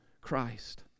Christ